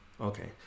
Okay